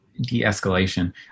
De-escalation